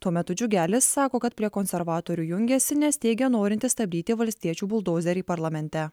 tuo metu džiugelis sako kad prie konservatorių jungiasi nes teigia norinti stabdyti valstiečių buldozerį parlamente